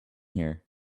here